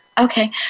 Okay